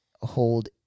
hold